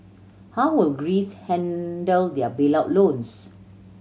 how will Greece handle their bailout loans